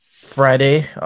Friday